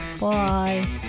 Bye